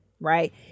right